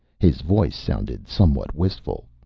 his voice sounded somewhat wistful.